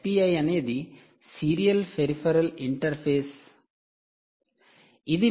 'SPI'అనేది 'serial peripheral interface serial peripheral interface'